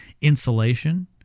insulation